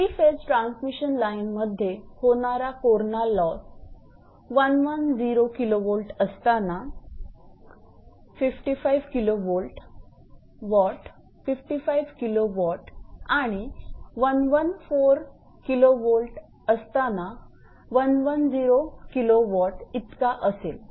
3 phase transmission लाईनमध्ये होणारा corona loss 110 𝑘𝑉 असताना 55 𝑘𝑊 आणि 114 𝑘V असताना 100 𝑘𝑊 इतका असेल